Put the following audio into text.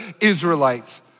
Israelites